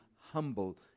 humble